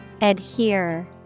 Adhere